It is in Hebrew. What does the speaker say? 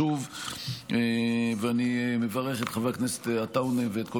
אני מברך את חבר הכנסת עטאונה ואת כל